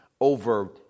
over